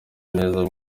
neza